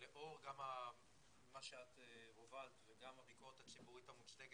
לאור מה שאת הובלת, וגם הביקורת הציבורית המושגת